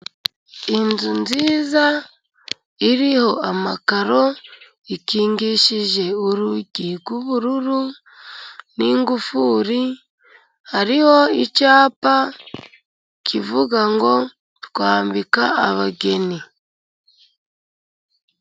Inzu nziza iriho amakaro, ikingishije urugi rw'ubururu n'ingufuri, hariho icyapa kivuga ngo twambika abageni.